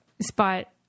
spot